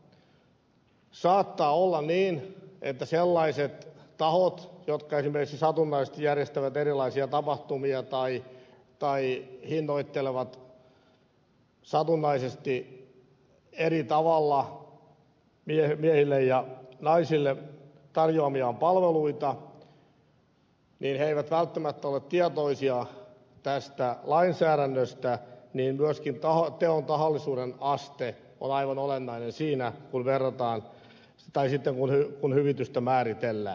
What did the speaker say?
mutta kuitenkin koska saattaa olla niin että sellaiset tahot jotka esimerkiksi satunnaisesti järjestävät erilaisia tapahtumia tai hinnoittelevat satunnaisesti eri tavalla miehille ja naisille tar joamiaan palveluita eivät välttämättä ole tietoisia tästä lainsäädännöstä niin myöskin teon tahallisuuden aste on aivan olennainen siinä kun vedotaan tai sitä voi olla hyvitystä määritellään